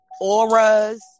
auras